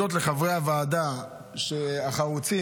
דיונים ארוכים,